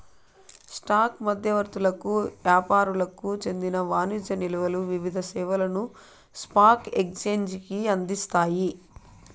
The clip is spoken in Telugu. స్టాక్ మధ్యవర్తులకు యాపారులకు చెందిన వాణిజ్య నిల్వలు వివిధ సేవలను స్పాక్ ఎక్సేంజికి అందిస్తాయి